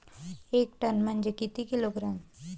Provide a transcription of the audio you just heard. एक टन म्हनजे किती किलोग्रॅम?